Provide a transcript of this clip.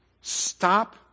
stop